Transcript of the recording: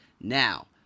Now